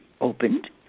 opened